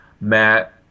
Matt –